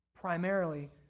primarily